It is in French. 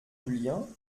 julien